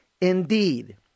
Indeed